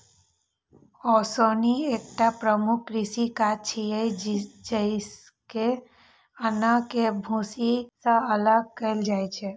ओसौनी एकटा प्रमुख कृषि काज छियै, जइसे अन्न कें भूसी सं अलग कैल जाइ छै